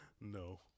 No